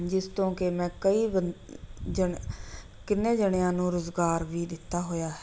ਜਿਸ ਤੋਂ ਕਿ ਮੈਂ ਬੰਦ ਜਣਿਆ ਅਹ ਕਿੰਨੇ ਜਣਿਆਂ ਨੂੰ ਰੁਜ਼ਗਾਰ ਵੀ ਦਿੱਤਾ ਹੋਇਆ ਹੈ